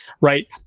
right